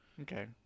okay